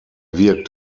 wirkt